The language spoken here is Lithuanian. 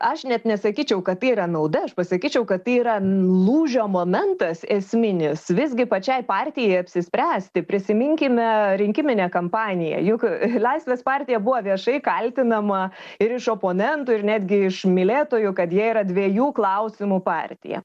aš net nesakyčiau kad tai yra nauda aš pasakyčiau kad tai yra lūžio momentas esminis visgi pačiai partijai apsispręsti prisiminkime rinkiminę kampaniją juk laisvės partija buvo viešai kaltinama ir iš oponentų ir netgi iš mylėtojų kad jie yra dviejų klausimų partija